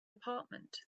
apartment